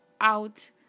out